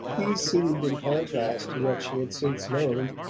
these seemed, in contrast to what she had since known,